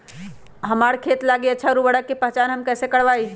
हमार खेत लागी अच्छा उर्वरक के पहचान हम कैसे करवाई?